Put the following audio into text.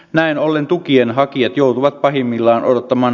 näin ollen tukien hakijat joutuvat pahimmillaan odottamaan